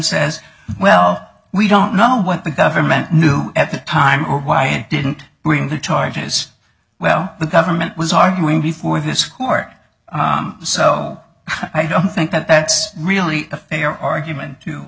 says well we don't know what the government knew at the time or why it didn't bring the charges well the government was arguing before this court so i don't think that that's really a fair argument to